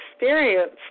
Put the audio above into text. experience